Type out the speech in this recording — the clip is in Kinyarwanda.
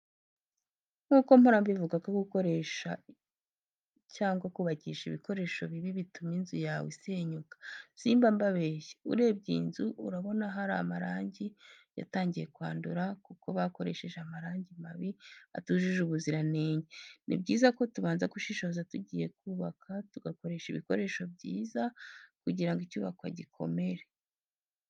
Nk'uko mpora mbivuga ko gukoresha cyangwa kubakisha ibikoresho bibi bituma inzu yawe isenyuka, simba mbabeshya. Urebye iyi nzu, urabona hari amarangi yatangiye kwandura kuko bakoresheje amarangi mabi atujuje ubuziranenge. Ni byiza ko tubanza gushishoza tugiye kubaka tugakoresha ibikoresho byiza kugira ngo icyubakwa gikomere.